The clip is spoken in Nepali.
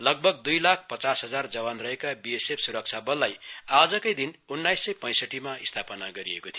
लगभग दुई लाख पचास हजार जवान रहेका बीएसएफ सुरक्षाबललाई आज कै दिन उनाइस सय पैसठीमा स्थापना गरिएको थियो